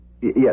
Yes